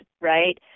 right